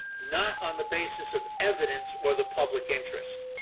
not on the basis of evidence or the public interest.